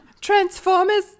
Transformers